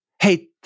Hey